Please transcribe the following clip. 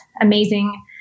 amazing